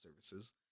services